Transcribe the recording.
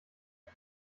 ich